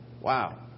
Wow